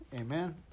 amen